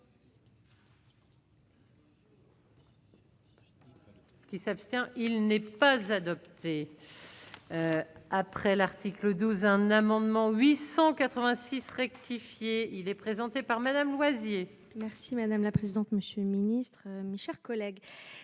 il n'est pas adopté après l'Arctique. Le 12 un amendement 886 rectifié, il est présenté par Madame Loisy. Merci madame la présidente, monsieur le ministre, chers collègues,